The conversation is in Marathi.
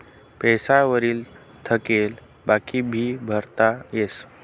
पैसा वरी थकेल बाकी भी भरता येस